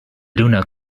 lunar